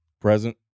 Present